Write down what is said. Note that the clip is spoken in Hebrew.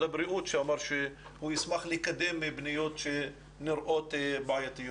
הבריאות שאמר שהוא ישמח לקדם פניות שנראות בעייתיות,